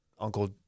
Uncle